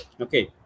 Okay